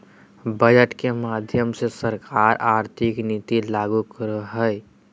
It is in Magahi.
बजट के माध्यम से सरकार आर्थिक नीति लागू करो हय